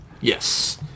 Yes